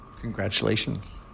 Congratulations